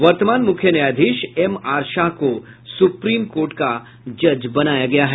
वर्तमान मुख्य न्यायाधीश एमआर शाह को सुप्रीम कोर्ट का जज बनाया गया है